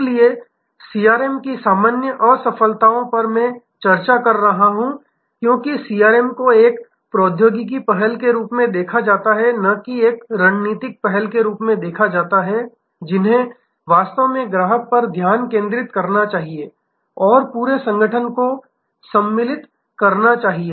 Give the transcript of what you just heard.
इसलिए सीआरएम की सामान्य असफलताओं पर मैं चर्चा कर रहा हूं क्योंकि सीआरएम को एक प्रौद्योगिकी पहल के रूप में देखा जाता है न कि एक रणनीतिक पहल के रूप में देखा जाता है जिन्हें वास्तव में ग्राहक पर ध्यान केंद्रित करना चाहिए और पूरे संगठन को संमिलित करना चाहिए